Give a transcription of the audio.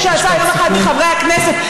כמו שעשה היום אחד מחברי הכנסת.